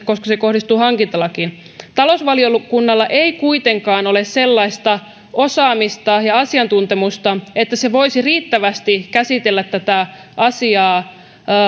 koska se kohdistuu hankintalakiin talousvaliokunnalla ei kuitenkaan ole sellaista osaamista ja asiantuntemusta että se voisi riittävästi käsitellä tätä asiaa